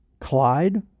Clyde